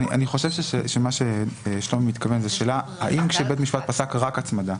אני חושב שמה ששלומי מתכוון זה לשאלה האם כאשר בית משפט פסק רק הצמדה,